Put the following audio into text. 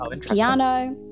piano